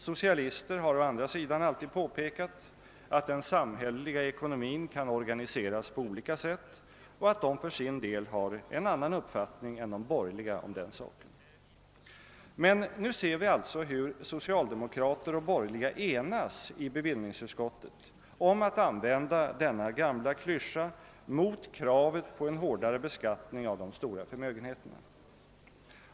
Socialister har å andra sidan alltid påpekat att den samhälleliga ekonomin kan organiseras på olika sätt och att de för sin del har en annan uppfattning än de borgerliga om den saken. Men nu ser vi alltså hur socialdemokrater och borgerliga i bevillningsutskottet enas om att använda denna gamla klyscha mot kravet på en hårdare beskattning av de stora förmögenheterna.